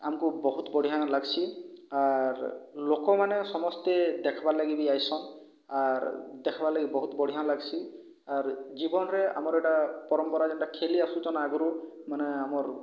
ଆମକୁ ବହୁତ ବଢ଼ିଆ ଲାଗ୍ସି ଆର୍ ଲୋକମାନେ ସମସ୍ତେ ଦେଖ୍ବାର୍ ଲାଗି ବି ଆଇସନ୍ ଆର୍ ଦେଖ୍ବା ଲାଗି ବହୁତ୍ ବଢ଼ିଆ ଲାଗ୍ସି ଆର୍ ଜୀବନରେ ଆମର୍ ଏଇଟା ପରମ୍ପରା ଯେନ୍ଟା ଖେଳି ଆସୁଚନ୍ ଆଗୁରୁ ମାନେ ଆମର୍